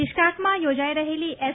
બિશ્કાકમાં યોજાઈ રહેલી એસ